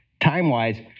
time-wise